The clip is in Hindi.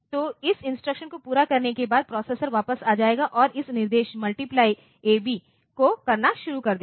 तो इस इंस्ट्रक्शन को पूरा करने के बाद प्रोसेसर वापस आ जाएगा और इस निर्देश मल्टीप्लय ab को करना शुरू कर देगा